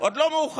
עוד לא מאוחר,